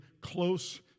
close